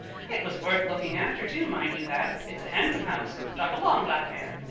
it was worth looking after, too, mind you that. it's a handsome house. jog along, black mare.